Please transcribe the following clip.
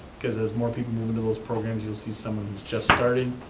because as more people move into those programs you'll see someone who's just starting,